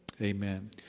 Amen